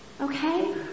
okay